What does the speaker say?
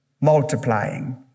multiplying